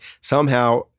somehow-